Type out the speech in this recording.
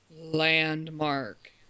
landmark